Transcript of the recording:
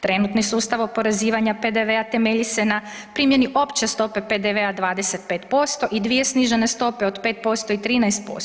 Trenutni sustav oporezivanja PDV-a temelji se na primjeni opće stope PDV-a 25% i 2 snižene stope od 5% i 13%